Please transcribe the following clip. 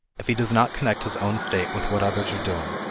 if he does not connect his own state with what others are doing,